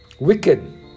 wicked